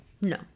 No